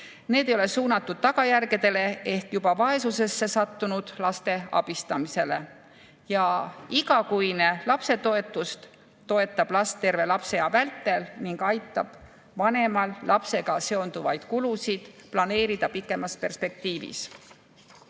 Need ei ole suunatud tagajärgedele ehk juba vaesusesse sattunud laste abistamisele. Igakuine lapsetoetus toetab last terve lapseea vältel ning aitab vanemal lapsega seonduvaid kulusid planeerida pikemas perspektiivis.